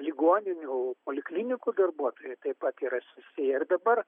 ligoninių poliklinikų darbuotojai taip pat yra susiję ir dabar